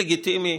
לגיטימי.